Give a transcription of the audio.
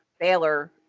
Baylor